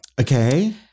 Okay